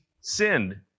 sinned